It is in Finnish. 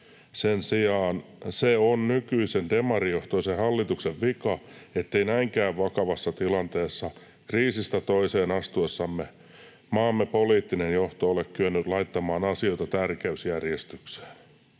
Sen sijaan se on nykyisen demarijohtoisen hallituksen vika, ettei näinkään vakavassa tilanteessa kriisistä toiseen astuessamme maamme poliittinen johto ole kyennyt laittamaan asioita tärkeysjärjestykseen